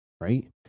Right